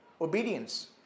obedience